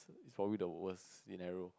it's probably the worst scenario